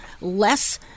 less